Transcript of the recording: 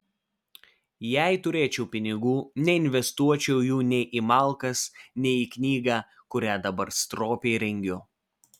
jei turėčiau pinigų neinvestuočiau jų nei į malkas nei į knygą kurią dabar stropiai rengiu